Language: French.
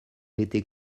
était